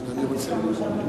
אדוני היושב-ראש,